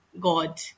God